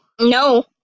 No